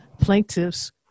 plaintiffs